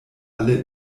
alle